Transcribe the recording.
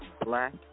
Black